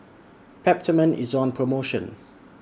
Peptamen IS on promotion